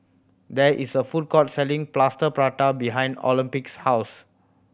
there is a food court selling Plaster Prata behind Olympia's house